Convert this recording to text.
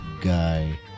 guy